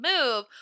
move